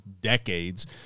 decades